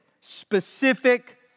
specific